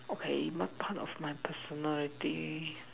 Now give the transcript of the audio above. okay my part of my personal day